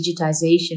digitization